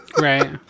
Right